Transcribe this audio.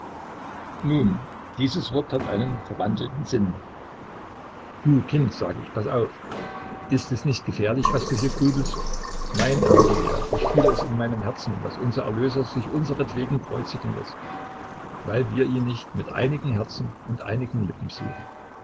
nun dieses wort hat einen verwandelten sinn du kind sage ich paß auf ist es nicht gefährlich was du hier grübelst nein erwidert er ich fühle es in meinem herzen daß unser erlöser sich unseretwegen kreuzigen läßt weil wir ihn nicht mit einigen herzen und einigen lippen suchen